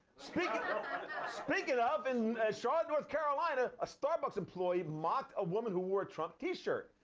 speaking speaking of, in charlotte, north carolina, a starbucks employee mocked a woman who wore a trump t-shirt.